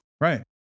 Right